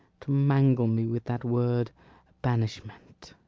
to mangle me with that word banishment?